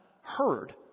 heard